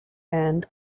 and